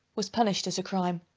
was punished as a crime.